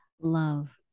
Love